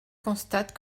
constate